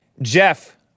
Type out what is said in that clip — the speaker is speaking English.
Jeff